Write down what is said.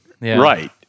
right